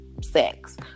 sex